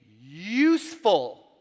useful